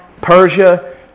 Persia